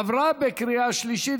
עברה בקריאה שלישית,